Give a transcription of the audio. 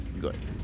good